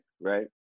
right